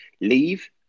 leave